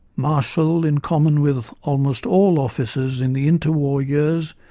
marshall in common with almost all officers in the inter-war years,